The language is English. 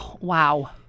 Wow